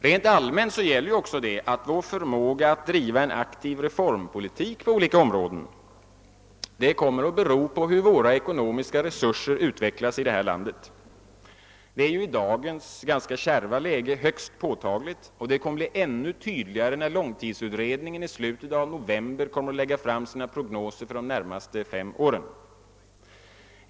Rent allmänt gäller också att vår förmåga att driva en aktiv reformpolitik på olika områden till slut kommer att bero på hur våra ekonomiska resurser utvecklas. Det är ju i dagens ganska kärva läge högst påtagligt, och det kommer att bli ännu tydligare när långtidsutredningen i slutet av november kommer att lägga fram sina prognoser för de närmaste fem åren.